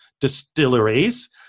Distilleries